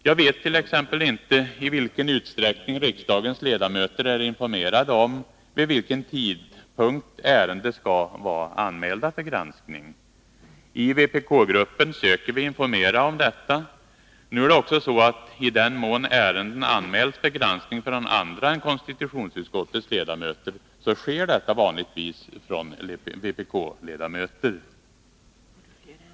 Jag vet t.ex. inte i vilken utsträckning riksdagens ledamöter är informerade om vid vilken tidpunkt ärenden skall vara anmälda. I vpk-gruppen söker vi informera om detta. Nu är det också så att i den mån ärenden anmäls för granskning från andra än konstitutionsutskottets ledamöter, så är det vanligtvis vpkledamöter som gör sådana anmälningar.